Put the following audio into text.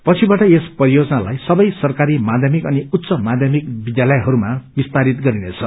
पछिबाट यस परियोजनालाई ससबै सरकरी मार्ष्यमिक अनि उच्च माध्यमिक विध्यालयहरूमा विस्तारित गरिनेछ